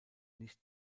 nicht